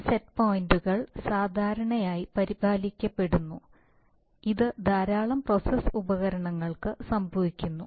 ഈ സെറ്റ് പോയിന്റുകൾ സാധാരണയായി പരിപാലിക്കപ്പെടുന്നു ഇത് ധാരാളം പ്രോസസ് ഉപകരണങ്ങൾക്ക് സംഭവിക്കുന്നു